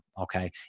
Okay